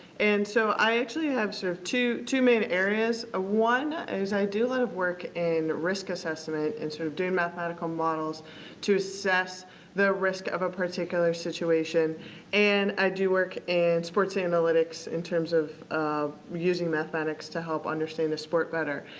and so, i actually have sort of two two main areas ah one is i do a lot of work in risk assessment and sort of doing mathematical models to access the risk of a particular situation and i do work in and sports analytics in terms of of using mathematics to help understand the sport better.